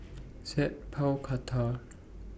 Sat Pal Khattar